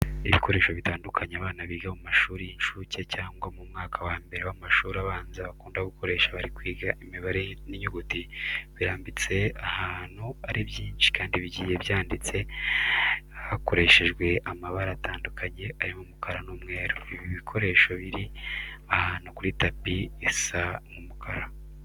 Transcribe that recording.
Ibikoresho bitandukanye abana biga mu mashuri y'inshuke cyangwa mu mwaka wa mbere w'amashuri abanza bakunda gukoresha bari kwiga imibare n'inyuguti, birambitse ahantu ari byinshi kandi bigiye byanditse hakoreshejwe amabara atandukanye arimo umukara n'umweru. Ibi bikoresho biri ahantu kuri tapi isa nk'umukara.